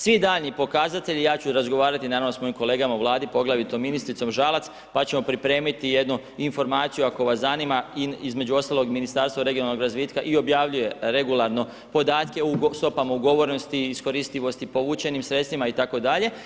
Svi daljnji pokazatelji, ja ću razgovarati, naravno, s mojim kolegama u Vladi, poglavito ministricom Žalac, pa ćemo pripremiti jednu informaciju ako vas zanima, između ostaloga, Ministarstvo regionalnog razvitka i objavljuje regularno podatke o stopama ugovorenosti i iskoristivosti povučenim sredstvima itd.